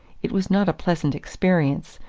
it was not a pleasant experience,